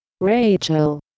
Rachel